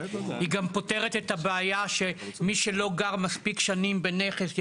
היא גם פותרת את הבעיה שמי שלא גר מספיק שנים בנכס,